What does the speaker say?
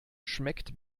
schmeckt